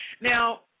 Now